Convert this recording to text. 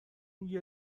روی